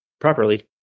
properly